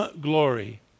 glory